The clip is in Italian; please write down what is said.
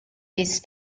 this